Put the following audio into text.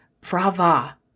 brava